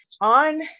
On